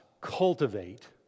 cultivate